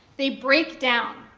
they break down,